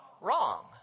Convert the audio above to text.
wrong